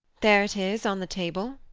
there it is, on the table.